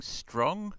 strong